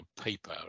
paper